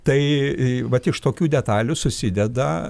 tai vat iš tokių detalių susideda